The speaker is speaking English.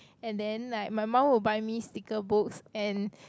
and then like my mum will buy me sticker books and